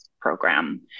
program